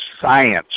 science